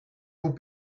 vous